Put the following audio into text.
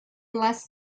les